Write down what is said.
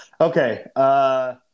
Okay